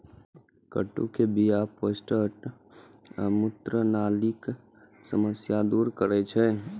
कद्दू के बीया प्रोस्टेट आ मूत्रनलीक समस्या दूर करै छै